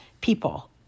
people